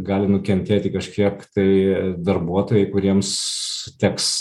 gali nukentėti kažkiek tai darbuotojai kuriems teks